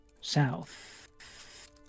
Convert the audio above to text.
South